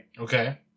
Okay